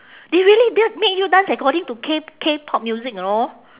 they really d~ make you dance according to K~ K-pop music know